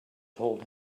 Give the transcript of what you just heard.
told